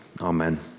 Amen